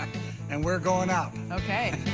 and we're going up okay.